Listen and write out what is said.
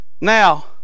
Now